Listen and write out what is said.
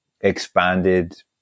expanded